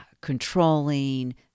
controlling